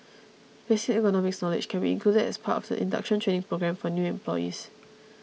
basic ergonomics knowledge can be included as part of the induction training programme for new employees